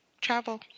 travel